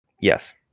yes